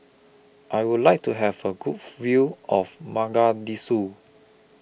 I Would like to Have A Good View of Mogadishu